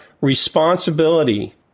responsibility